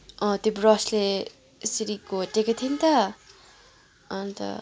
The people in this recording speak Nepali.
अँ त्यो ब्रसले यसरी घोटेको थिएँ नि त अन्त